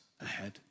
ahead